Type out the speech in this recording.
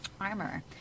armor